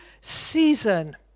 season